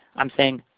i'm saying,